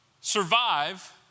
survive